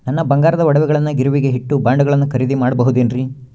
ನನ್ನ ಬಂಗಾರದ ಒಡವೆಗಳನ್ನ ಗಿರಿವಿಗೆ ಇಟ್ಟು ಬಾಂಡುಗಳನ್ನ ಖರೇದಿ ಮಾಡಬಹುದೇನ್ರಿ?